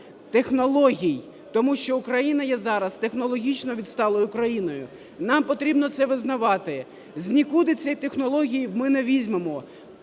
технологій. Тому що України є зараз технологічно відсталою країною. Нам потрібно це визнавати. З нікуди ці технології ми не візьмемо.